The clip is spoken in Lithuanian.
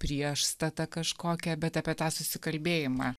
priešstata kažkokia bet apie tą susikalbėjimą